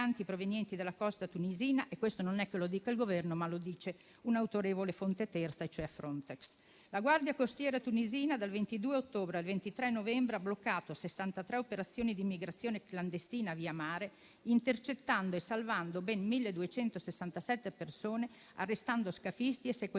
La guardia costiera tunisina, dal 22 ottobre al 23 novembre, ha bloccato 63 operazioni di migrazione clandestina via mare, intercettando e salvando ben 1.267 persone, arrestando scafisti e sequestrando